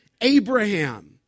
Abraham